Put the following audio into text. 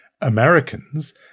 Americans